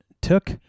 took